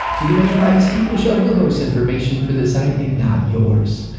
the domain privacy will show bluehost's information for the site and not yours.